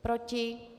Proti?